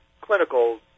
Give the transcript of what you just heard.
clinical